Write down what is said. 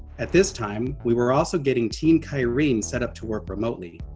at this time, we were also getting team kyrene set up to work remotely.